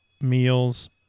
meals